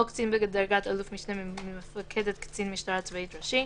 או קצין בדרגת אלוף משנה ממפקדת קצין משטרה צבאית ראשי,